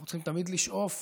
אנחנו צריכים תמיד לשאוף,